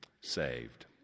saved